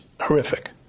horrific